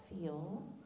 feel